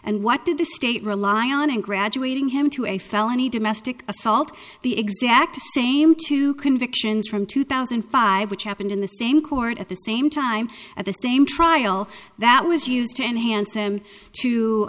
and what did the state rely on in graduating him to a felony domestic assault the exact same two convictions from two thousand and five which happened in the same court at the same time at the same trial that was used to enhance them